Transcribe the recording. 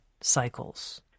cycles